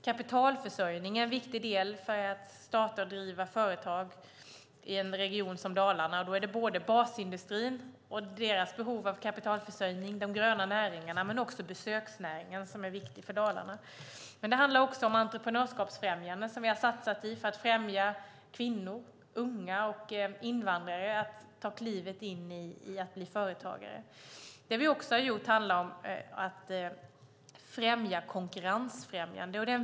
Kapitalförsörjning är en viktig del för att starta och driva företag i en region som Dalarna. Det gäller både basindustrin och de gröna näringarna men också besöksnäringen, som är viktig för Dalarna. Det handlar också om entreprenörskapsfrämjande som vi har satsat på för att hjälpa kvinnor, unga och invandrare att ta klivet in i företagande. Vi stimulerar också konkurrensfrämjande.